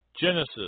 Genesis